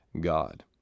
God